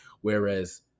Whereas